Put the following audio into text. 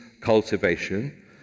cultivation